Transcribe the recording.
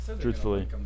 Truthfully